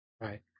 Right